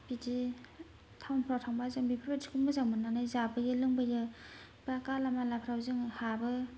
बिदि टाउनफोराव थांबा जों बेफोरबायदिखौनो मोजां मोननानै जाबोयो लोंबोयो बा गालामालाफोरावबो जों हाबो